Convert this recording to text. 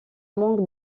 manque